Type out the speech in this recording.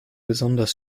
besonders